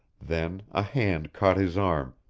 then a hand caught his arm,